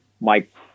Mike